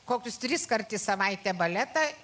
kokius triskart į savaitę baletą